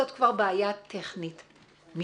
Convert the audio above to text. זאת כבר בעיה טכנית משנית.